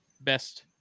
best